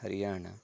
Haryana